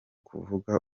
kuvuga